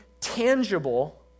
tangible